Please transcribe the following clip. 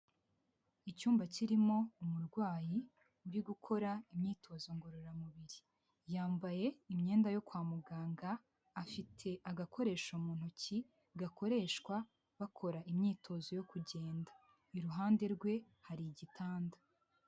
Icyumba kirimo umurwayi uri gukora imyitozo ngororamubiri, yambaye imyenda yo kwa muganga afite agakoresho mu ntoki gakoreshwa bakora imyitozo yo kugenda, iruhande rwe hari igitanda.